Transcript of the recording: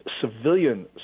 civilian